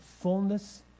fullness